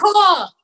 cool